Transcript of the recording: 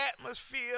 atmosphere